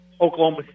Oklahoma